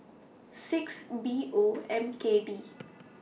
six B O M K D